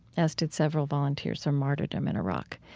as did several volunteers for martyrdom in iraq.